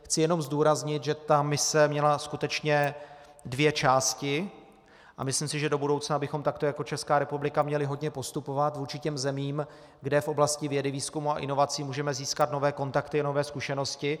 Chci jenom zdůraznit, že mise měla skutečně dvě části, a myslím si, že do budoucna bychom takto jako Česká republika měli vhodně postupovat vůči těm zemím, kde v oblasti vědy, výzkumu a inovací můžeme získat nové kontakty, nové zkušenosti.